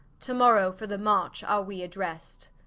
to morrow for the march are we addrest.